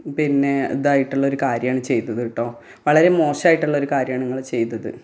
പിന്നേ ഇതായിട്ടുള്ളാ ഒരു കാര്യമാണ് ചെയ്തത് കേട്ടോ വളരെ മോശമായിട്ടുള്ള ഒരു കാര്യമാണ് നിങ്ങൾ ചെയ്തത്